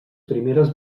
primeres